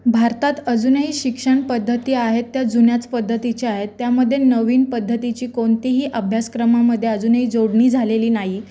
भारतात अजूनही शिक्षण पद्धती आहेत त्या जुन्याच पद्धतीच्या आहेत त्यामध्ये नवीन पद्धतीची कोणतीही अभ्यासक्रमामध्ये अजूनही जोडणी झालेली नाही